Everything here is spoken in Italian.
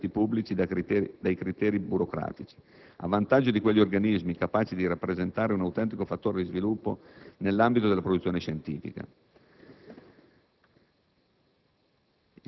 allo svincolo dei finanziamenti pubblici dai criteri burocratici, a vantaggio di quegli organismi capaci di rappresentare un autentico fattore di sviluppo nell'ambito della produzione scientifica.